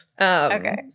Okay